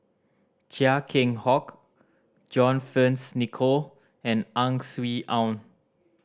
Chia Keng Hock John Fearns Nicoll and Ang Swee Aun